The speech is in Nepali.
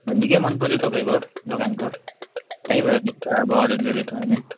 निकै मन पर्यो तपाईँको दोकानको त्यहीँबाट निश्चय अब अडर गरेको छ भने